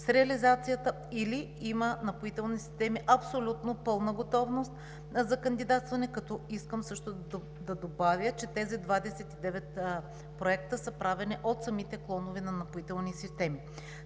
обекта или Напоителни системи има абсолютна пълна готовност за кандидатстване. Искам също да добавя, че тези 29 проекта са правени от самите клонове на Напоителни системи.